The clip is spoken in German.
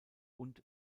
und